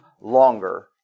longer